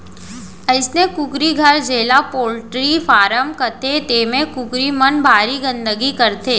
अइसने कुकरी घर जेला पोल्टी फारम कथें तेमा कुकरी मन भारी गंदगी करथे